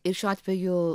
ir šiuo atveju